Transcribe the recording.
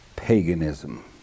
paganism